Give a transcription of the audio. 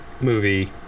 movie